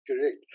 Correct